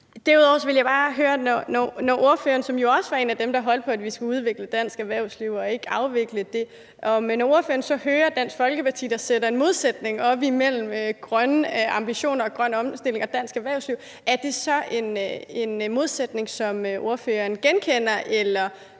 Derudover vil bare høre, at når ordføreren, som jo også var en af dem, der holdt på, at vi skulle udvikle dansk erhvervsliv og ikke afvikle det, så hører Dansk Folkeparti, der sætter en modsætning op imellem grønne ambitioner og grøn omstilling og dansk erhvervsliv, er det så en modsætning, som ordføreren genkender eller